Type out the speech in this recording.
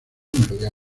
melodía